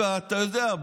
אתה יודע,